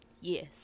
yes